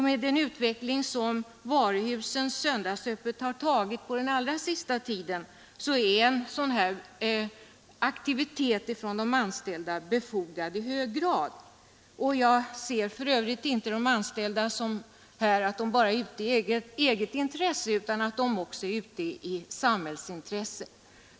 Med den utveckling som varuhusens öppethållande på söndagarna har tagit den allra senaste tiden är sådan aktivitet från de anställda i hög grad befogad. Jag ser för övrigt inte saken så att de anställda bara är ute i eget intresse, utan de är också ute i hela samhällets intresse.